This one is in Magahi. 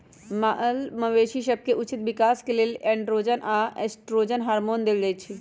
माल मवेशी सभके उचित विकास के लेल एंड्रोजन आऽ एस्ट्रोजन हार्मोन देल जाइ छइ